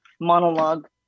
monologue